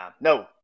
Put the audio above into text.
No